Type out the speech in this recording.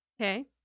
Okay